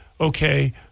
okay